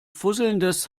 fusselndes